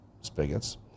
spigots